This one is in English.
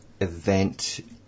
Event